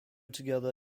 together